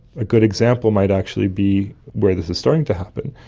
a good example might actually be where this is starting to happen,